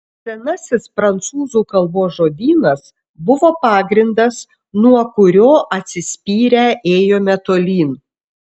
senasis prancūzų kalbos žodynas buvo pagrindas nuo kurio atsispyrę ėjome tolyn